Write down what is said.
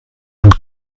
und